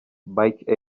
bike